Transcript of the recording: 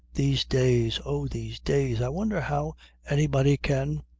these days! oh, these days! i wonder how anybody can.